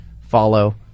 follow